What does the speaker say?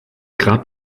grab